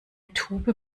tube